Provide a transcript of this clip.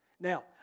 Now